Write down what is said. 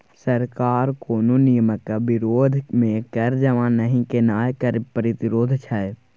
सरकार कोनो नियमक विरोध मे कर जमा नहि केनाय कर प्रतिरोध छै